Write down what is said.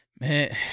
Man